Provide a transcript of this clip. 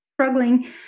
struggling